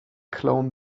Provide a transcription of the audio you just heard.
clone